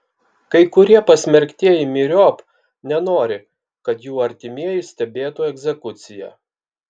kai kurie pasmerktieji myriop nenori kad jų artimieji stebėtų egzekuciją